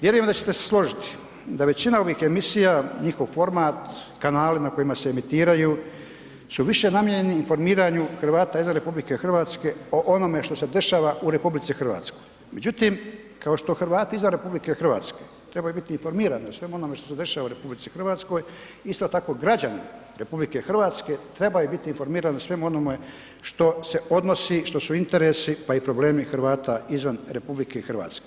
Vjerujem da ćete se složiti da većina ovih emisija, njihov format, kanali na kojima se emitiraju su više namijenjeni informiranju Hrvate izvan RH o onome što se dešava u RH, međutim kao što Hrvati izvan RH trebaju biti informirani o svemu onome što se dešava u RH isto tako građani RH trebaju biti informirani o svemu onome što se odnosi, što su interesi pa i problemi Hrvate izvan RH.